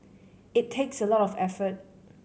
it takes a lot of effort